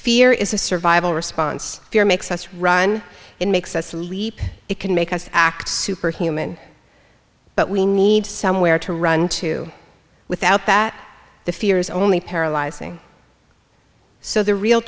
fear is a survival response fear makes us run it makes us leap it can make us act superhuman but we need somewhere to run to without that the fear is only paralyzing so the real